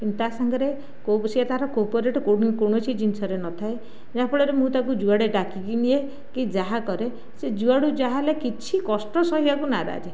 ତା ସାଙ୍ଗରେ କୋ ସେ ତା'ର କୋପୋରେଟ୍ କୌଣସି ଜିନିଷରେ ନଥାଏ ଯାହାଫଳରେ ମୁଁ ତାକୁ ଯୁଆଡ଼େ ଡାକିକି ନିଏ କି ଯାହା କରେ ସେ ଯୁଆଡ଼ୁ ଯାହାହେଲେ କିଛି କଷ୍ଟ ସହିବାକୁ ନାରାଜେ